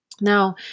Now